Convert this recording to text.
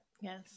yes